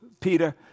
Peter